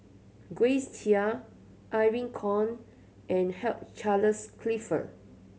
Grace Chia Irene Khong and Hugh Charles Clifford